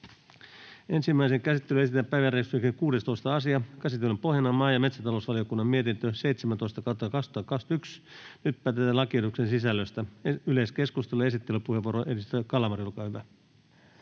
Ensimmäiseen käsittelyyn esitellään päiväjärjestyksen 16. asia. Käsittelyn pohjana on maa- ja metsätalousvaliokunnan mietintö MmVM 17/2021 vp. Nyt päätetään lakiehdotusten sisällöstä. — Yleiskeskustelu, edustaja Kalmari, esittelypuheenvuoro, olkaa hyvä.